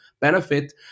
benefit